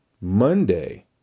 Monday